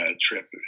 trip